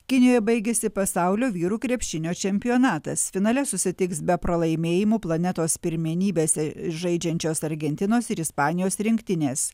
kinijoje baigėsi pasaulio vyrų krepšinio čempionatas finale susitiks be pralaimėjimų planetos pirmenybėse žaidžiančios argentinos ir ispanijos rinktinės